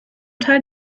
teil